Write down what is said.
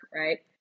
right